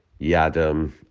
Yadam